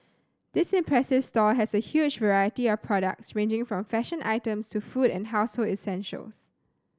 this impressive store has a huge variety of products ranging from fashion items to food and household essentials